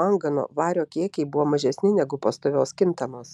mangano vario kiekiai buvo mažesni negu pastovios kintamos